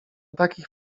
takich